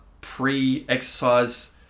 pre-exercise